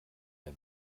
der